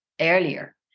earlier